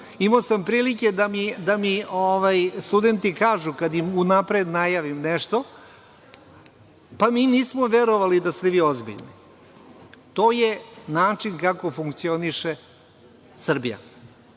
imao sam prilike da mi studenti kažu kad im unapred najavim nešto – pa, mi nismo verovali da ste vi ozbiljni. To je način kako funkcioniše Srbija. Dakle,